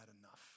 enough